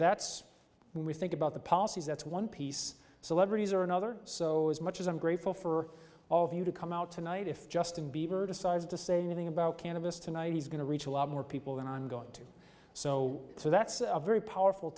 that's when we think about the policies that's one piece celebrities or another so as much as i'm grateful for all of you to come out tonight if justin bieber decides to say anything about cannabis tonight he's going to reach a lot more people than on going to so so that's a very powerful